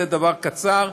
זה דבר קצר,